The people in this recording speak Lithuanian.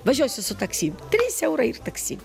važiuosi su taksi trys eurai ir taksi